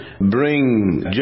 bring